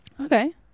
Okay